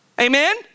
Amen